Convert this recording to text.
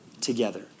together